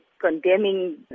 condemning